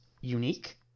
unique